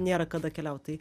nėra kada keliaut tai